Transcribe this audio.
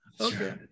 Okay